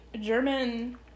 German